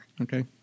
Okay